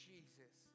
Jesus